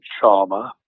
charmer